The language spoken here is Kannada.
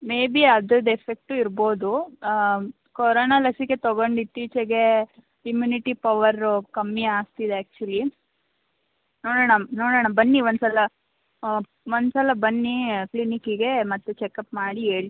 ಮೇ ಬಿ ಅದ್ರದ್ದು ಎಫೆಕ್ಟು ಇರ್ಬೋದು ಕೊರೋನಾ ಲಸಿಕೆ ತಗೊಂಡು ಇತ್ತೀಚೆಗೆ ಇಮ್ಯುನಿಟಿ ಪವರು ಕಮ್ಮಿ ಆಗ್ತಿದೆ ಆ್ಯಕ್ಚುಲಿ ನೋಡೋಣ ನೋಡೋಣ ಬನ್ನಿ ಒಂದುಸಲ ಒಂದುಸಲ ಬನ್ನಿ ಕ್ಲಿನಿಕ್ಕಿಗೆ ಮತ್ತೆ ಚೆಕಪ್ ಮಾಡಿ ಹೇಳ್